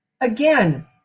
Again